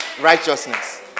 righteousness